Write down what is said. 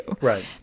Right